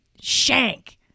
shank